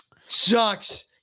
Sucks